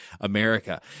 America